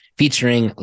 featuring